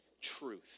truth